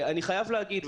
אני חייב להגיד,